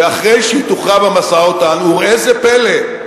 ואחרי שהיא תוכרע במשא-ומתן, וראה זה פלא,